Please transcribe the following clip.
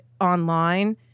online